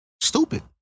Stupid